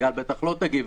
וסיגל בטח לא תגיב.